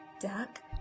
Duck